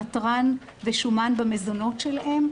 נתרן ושומן במזונות שלהם,